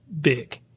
big